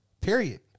period